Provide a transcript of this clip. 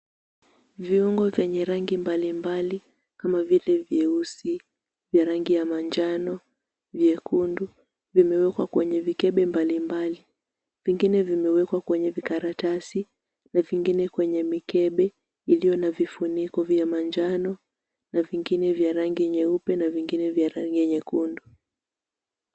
Viungo vyenye rangi mbalimbali kama vile vyeusi, vya rangi ya manjano, vyekundu. Vimewekwa kwenye vikebe mbalimbali, vingine vimewekwa kwenye vikaratasi na vingine kwenye mikebe iliyo na vifuniko vya manajano na vingine vya rangi nyeupe na vingine vya rangi nyekundu.